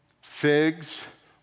Figs